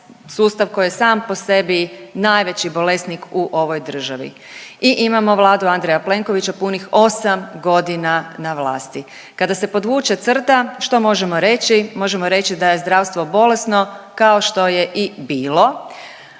sustav koji je sam po sebi najveći bolesnik u ovoj državi i imamo Vladu Andreja Plenkovića punih osam godina na vlasti. Kada se podvuče crta, što možemo reći? Možemo reći da je zdravstvo bolesno kao što je i bilo,